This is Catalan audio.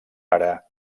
ara